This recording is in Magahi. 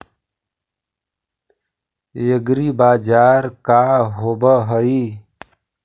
एग्रीबाजार का होव हइ?